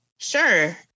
Sure